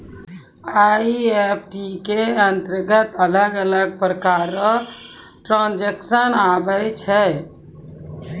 EFT के अंतरगत अलग अलग प्रकार रो ट्रांजेक्शन आवै छै